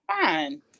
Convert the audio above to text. Fine